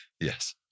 Yes